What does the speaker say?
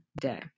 day